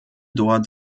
dort